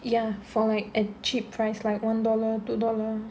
ya for like at cheap price like one dollar two dollar